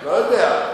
לא יודע.